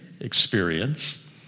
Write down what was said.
experience